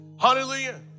Hallelujah